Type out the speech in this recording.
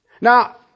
Now